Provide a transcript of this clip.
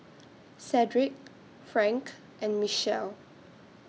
Cedric Frank and Mechelle